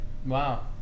Wow